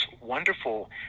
wonderful